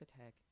attack